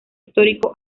histórico